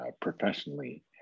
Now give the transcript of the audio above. professionally